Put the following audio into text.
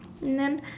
and then